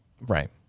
Right